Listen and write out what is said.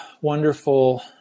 wonderful